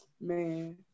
man